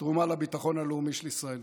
תרומה לביטחון הלאומי של ישראל.